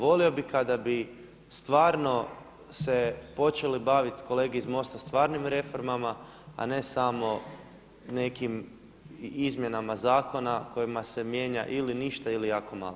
Volio bih kada bi stvarno se počele baviti kolege iz MOST-a stvarnim reformama, a ne samo nekim izmjena zakona kojima se mijenja ili ništa ili jako malo.